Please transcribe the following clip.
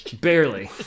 barely